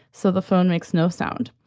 so the phone makes no sound.